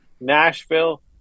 Nashville